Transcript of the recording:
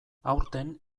aurten